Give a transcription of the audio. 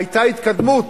היתה התקדמות.